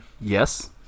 Yes